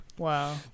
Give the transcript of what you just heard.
Wow